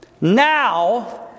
Now